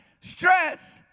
stress